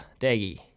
Daggy